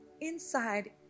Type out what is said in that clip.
inside